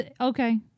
Okay